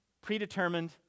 Predetermined